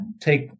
take